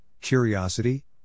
curiosity